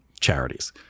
Charities